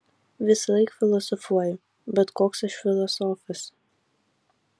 visąlaik filosofuoju bet koks aš filosofas